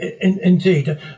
Indeed